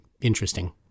interesting